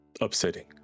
upsetting